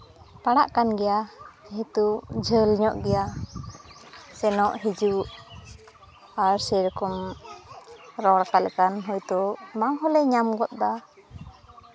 ᱯᱟᱲᱟᱜ ᱠᱟᱱ ᱜᱮᱭᱟ ᱦᱤᱛᱚᱜ ᱡᱷᱟᱹᱞ ᱧᱚᱜ ᱜᱮᱭᱟ ᱥᱮᱱᱚᱜ ᱦᱤᱡᱩᱜ ᱟᱨ ᱥᱮᱭ ᱨᱚᱠᱚᱢ ᱨᱚᱲ ᱚᱠᱟ ᱞᱮᱠᱟᱱ ᱛᱚ ᱚᱱᱟ ᱦᱚᱸᱞᱮ ᱧᱟᱢ ᱜᱚᱫ ᱮᱫᱟ